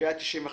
כשהיה 95 ו-98,